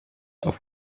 auf